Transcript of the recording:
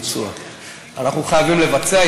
אנחנו חייבים לבצע.